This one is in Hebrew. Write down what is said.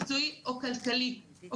אמרו לה שאין אופק מקצועי או כלכלי,